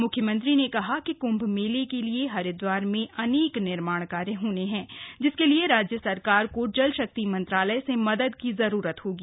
मुख्यमंत्री ने कहा कि क्भ मेले के लिए हरिद्वार में अनेक निर्माण कार्य होने हैं जिसके लिए राज्य सरकार को जल शक्ति मंत्रालय से मदद की जरूरत होगी